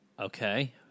Okay